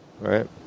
right